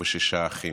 ושישה אחים.